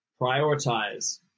prioritize